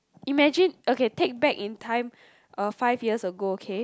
imagine okay take back in time uh five years ago okay